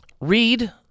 read